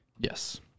Yes